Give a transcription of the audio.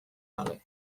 gabe